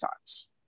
times